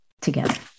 together